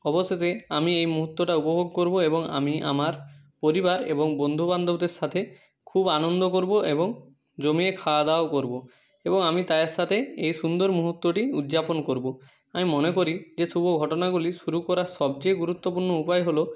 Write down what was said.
অবশেষে আমি এই মুহূর্তটা উপভোগ করব এবং আমি আমার পরিবার এবং বন্ধুবান্ধবদের সাথে খুব আনন্দ করব এবং জমিয়ে খাওয়া দাওয়াও করব এবং আমি তাদের সাথে এই সুন্দর মুহূর্তটি উদ্যাপন করব আমি মনে করি যে শুভ ঘটনাগুলি শুরু করার সবচেয়ে গুরুত্বপূর্ণ উপায় হলো